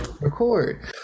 record